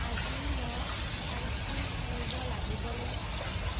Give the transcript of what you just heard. আজি মই sunscreen সানিব লাগিবনে